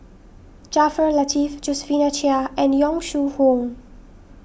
Jaafar Latiff Josephine Chia and Yong Shu Hoong